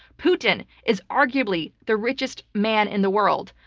putin is arguably the richest man in the world.